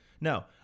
No